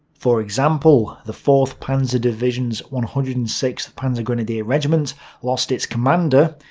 for example, the fourth panzer division's one hundred and sixth panzergrenadier regiment lost its commander,